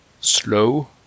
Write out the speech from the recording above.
slow